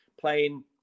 playing